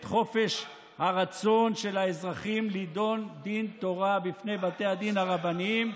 את חופש הרצון של האזרחים להידון בדין תורה בפני בתי הדין הרבניים,